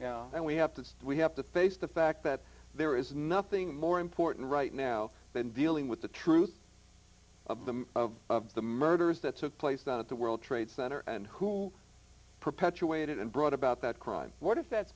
and we have to we have to face the fact that there is nothing more important right now than dealing with the truth of the murders that took place down at the world trade center and who perpetuated and brought about that crime what if that